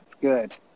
Good